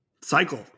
Cycle